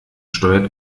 steuert